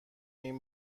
این